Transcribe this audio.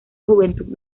juventud